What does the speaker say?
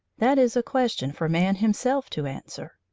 that is a question for man himself to answer.